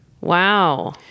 Wow